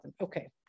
Okay